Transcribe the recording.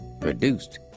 produced